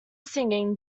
singing